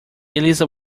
eliza